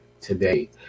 today